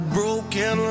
broken